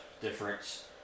difference